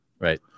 Right